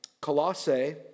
Colossae